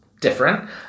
different